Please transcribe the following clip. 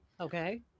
okay